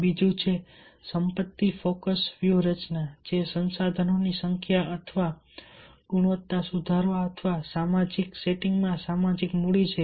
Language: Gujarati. બીજું છે સંપત્તિ ફોકસ વ્યૂહરચના જે સંસાધનોની સંખ્યા અથવા ગુણવત્તા સુધારવા અથવા સામાજિક સેટિંગમાં સામાજિક મૂડી છે